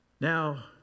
Now